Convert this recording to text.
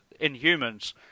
Inhumans